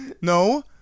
no